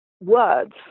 words